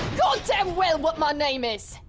god damn well what my name is!